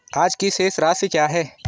आज की शेष राशि क्या है?